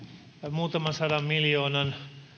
muutaman sadan miljoonan